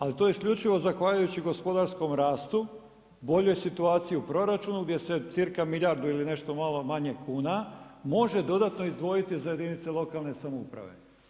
Ali, to je isključivo zahvaljujući gospodarskom rastu, boljoj situaciji u proračunu, gdje se cirka milijardu ili nešto malo manje kuna može dodatno izdvojiti za jedinice lokalne samouprave.